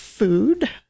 food